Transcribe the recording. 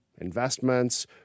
investments